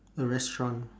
restaurant